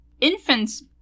infants